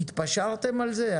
התפשרתם על זה?